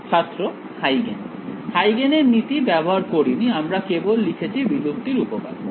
ছাত্র হাইগেন হাইগেন এর নীতি ব্যবহার করিনি আমরা কেবল লিখেছি বিলুপ্তির উপপাদ্য